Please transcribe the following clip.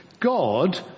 God